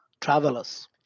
travelers